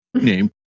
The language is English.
name